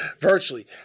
virtually